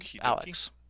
Alex